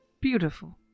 beautiful